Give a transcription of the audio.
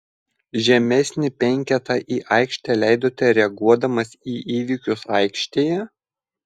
žemesnį penketą į aikštę leidote reaguodamas į įvykius aikštėje